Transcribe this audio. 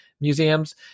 museums